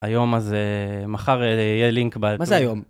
היום הזה מחר יהיה לינק מה זה היום.